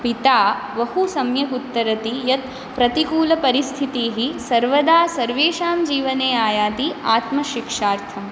पिता बहुसम्यक् उत्तरति यत् प्रतिकूलपरिस्थितिः सर्वदा सर्वेषां जीवने आयाति आत्मशिक्षार्थं